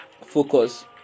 focus